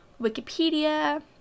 Wikipedia